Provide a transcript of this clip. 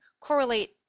correlate